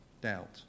Doubt